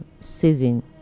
season